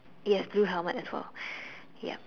yes blue helmet as well yep